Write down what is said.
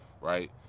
right